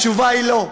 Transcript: התשובה היא לא,